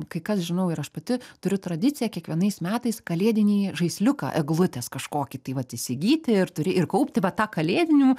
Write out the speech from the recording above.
kai kas žinau ir aš pati turiu tradiciją kiekvienais metais kalėdinį žaisliuką eglutės kažkokį tai vat įsigyti ir turi ir kaupti va tą kalėdinių